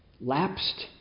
lapsed